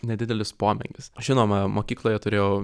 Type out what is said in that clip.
nedidelis pomėgis žinoma mokykloje turėjau